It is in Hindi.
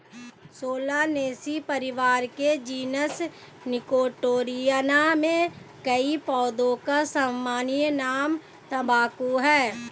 सोलानेसी परिवार के जीनस निकोटियाना में कई पौधों का सामान्य नाम तंबाकू है